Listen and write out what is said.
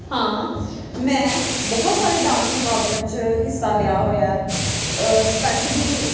ਹਾਂ ਮੈਂ ਬਹੁਤ ਸਾਰੇ ਡਾਂਸ ਮੁਕਾਬਲਿਆਂ 'ਚ ਹਿੱਸਾ ਲਿਆ ਹੋਇਆ ਸਪੈਸ਼ਲੀ